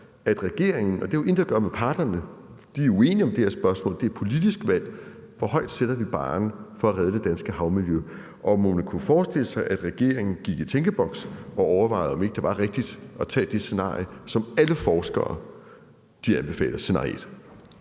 at regeringen – og det har jo intet at gøre med parterne – er uenige om det her spørgsmål. Det er et politisk valg, hvor højt vi sætter barren for at redde det danske havmiljø, og kan man forestille sig, at regeringen gik i tænkeboks og overvejede, om ikke det var rigtigt at tage det scenarie, som alle forskere anbefaler, scenarie